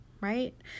right